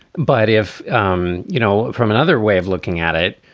but if um you know from another way of looking at it,